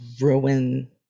ruin